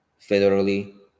federally